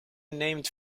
named